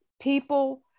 people